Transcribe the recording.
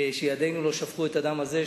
שידינו לא שפכו את הדם הזה,